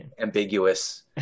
ambiguous